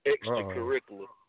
Extracurricular